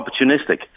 opportunistic